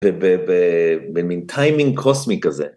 במין טיימינג קוסמי כזה.